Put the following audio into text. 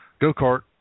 go-kart